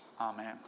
Amen